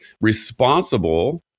responsible